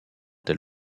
tel